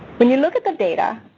when you look at the data,